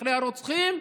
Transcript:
אחרי הרוצחים,